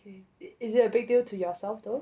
is it a big deal to yourself though